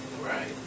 Right